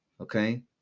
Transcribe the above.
okay